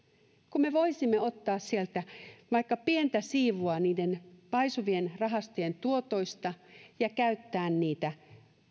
kun me voisimme ottaa sieltä vaikka pientä siivua niiden paisuvien rahastojen tuotoista ja käyttää niitä